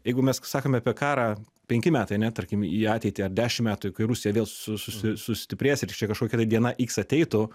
jeigu mes sakom apie karą penki metai ane tarkim į ateitį ar dešimt metų kai rusija vėl su su sustiprės ir čia kažkokia tai diena iks ateitų